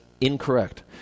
incorrect